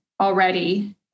already